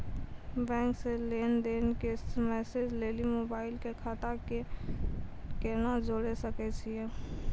Bank से लेंन देंन के मैसेज लेली मोबाइल के खाता के केना जोड़े सकय छियै?